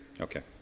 Okay